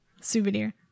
Souvenir